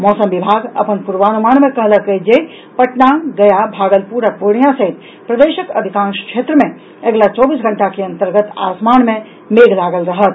मौसम विभाग अपन पूर्वानुमान मे कहलक अछि जे पटना गया भागलपुर आ पूर्णिया सहित प्रदेशक अधिकांश क्षेत्र मे अगिला चौबीस घंटा के अंतर्गत आसमान मे मेघ लागल रहत